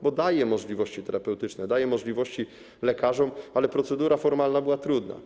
Bo daje możliwości terapeutyczne, daje możliwości lekarzom, ale procedura formalna była trudna.